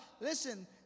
Listen